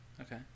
Okay